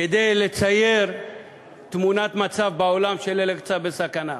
כדי לצייר תמונת מצב בעולם שאל-אקצא בסכנה.